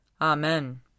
Amen